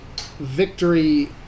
victory